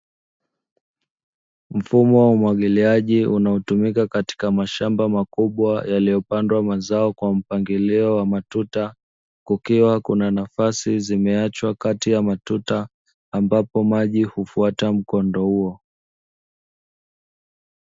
Mfumo wa umwagiliaji unaotumika katika mashamba makubwa yaliyopandwa mazao kwa mpangilio wa matuta, kukiwa kuna nafasi zimeachwa kati ya matuta, ambapo maji hufuata mkondo huo.